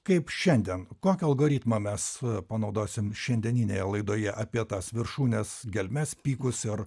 kaip šiandien kokį algoritmą mes panaudosim šiandieninėje laidoje apie tas viršūnes gelmes pykus ir